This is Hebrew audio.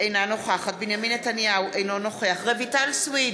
אינה נוכחת בנימין נתניהו, אינו נוכח רויטל סויד,